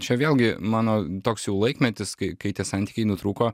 čia vėlgi mano toks jau laikmetis kai kai tie santykiai nutrūko